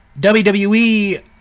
WWE